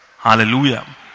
Hallelujah